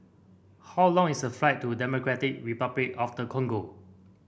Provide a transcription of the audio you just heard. how long is the flight to Democratic Republic of the Congo